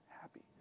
happy